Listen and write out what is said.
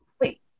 wait